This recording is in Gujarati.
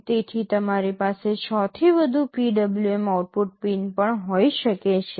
તેથી તમારી પાસે 6 થી વધુ PWM આઉટપુટ પિન પણ હોઈ શકે છે